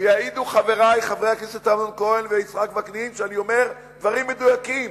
ויעידו חברי חברי הכנסת אמנון כהן ויצחק וקנין שאני אומר דברים מדויקים.